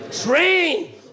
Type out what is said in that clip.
Train